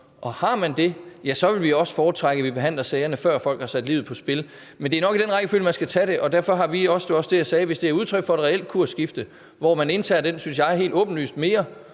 og har man det, vil vi også foretrække, at sagerne behandles, før folk sætter livet på spil. Det er nok i den rækkefølge, det skal tages, og hvis det – det var også det, jeg sagde – er udtryk for et reelt kursskifte, hvor man indtager den, synes jeg, for Danmark helt åbenlyst mere